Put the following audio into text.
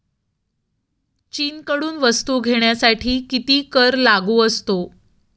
चीनकडून वस्तू घेण्यासाठी किती कर लागू असतो?